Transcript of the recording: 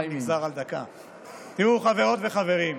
חברות וחברים,